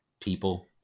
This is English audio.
people